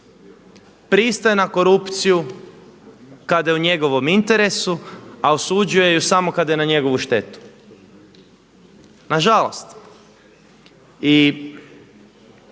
pristaje na korupciju kada je u njegovom interesu, a osuđuje ju samo kada je na njegovu štetu. Nažalost.